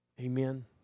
Amen